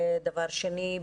ודבר שני,